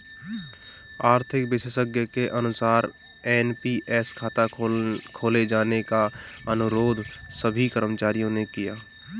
आर्थिक विशेषज्ञ के अनुसार एन.पी.एस खाता खोले जाने का अनुरोध सभी कर्मचारियों ने किया